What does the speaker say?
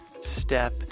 step